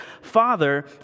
Father